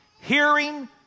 Hearing